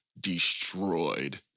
Destroyed